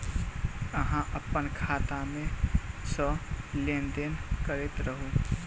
अहाँ अप्पन खाता मे सँ लेन देन करैत रहू?